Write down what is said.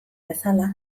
bezala